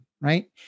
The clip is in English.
Right